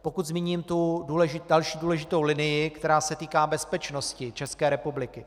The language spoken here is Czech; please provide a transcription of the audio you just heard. Pokud zmíním další důležitou linii, která se týká bezpečnosti České republiky.